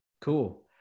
cool